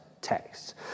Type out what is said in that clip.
texts